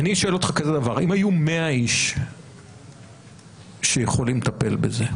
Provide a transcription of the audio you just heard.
אני שואל אותך כזה דבר: אם היו 100 איש שיכולים לטפל בזה,